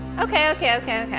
okay, okay, okay, okay.